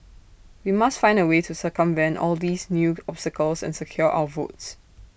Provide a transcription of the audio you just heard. we must find A way to circumvent all these new obstacles and secure our votes